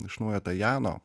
iš naujo ta jano